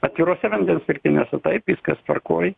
atviruose vandens telkiniuose taip viskas tvarkoj